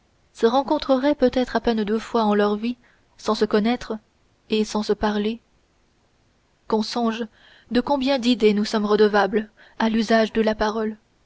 se rencontreraient peut-être à peine deux fois en leur vie sans se connaître et sans se parler qu'on songe de combien d'idées nous sommes redevables à l'usage de la parole